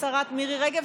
השרה מירי רגב,